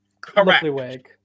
Correct